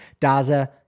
Daza